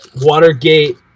Watergate